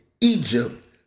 Egypt